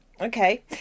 Okay